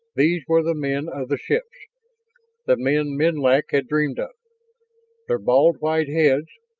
these were the men of the ships the men menlik had dreamed of their bald white heads,